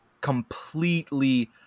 completely